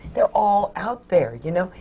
they're all out there, you know?